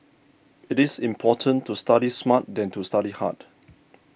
it is important to study smart than to study hard